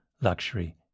Luxury